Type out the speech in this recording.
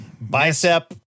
bicep